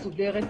מסודרת,